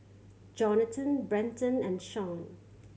Johnathan Brenton and Shaun